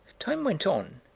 time went on,